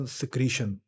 secretion